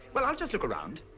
well, i'll just look around.